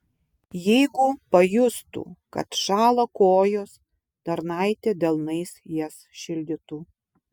jeigu pajustų kad šąla kojos tarnaitė delnais jas šildytų